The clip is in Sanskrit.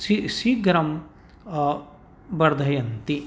सि शीघ्रं वर्धयन्ति